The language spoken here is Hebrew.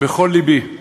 בכל לבי: